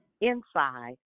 inside